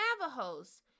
Navajos